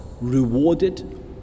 rewarded